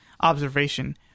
observation